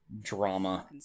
drama